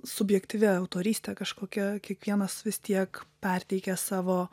subjektyvia autoryste kažkokia kiekvienas vis tiek perteikia savo